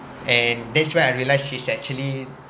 and that's when I realised she's actually